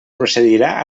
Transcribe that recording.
procedirà